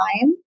time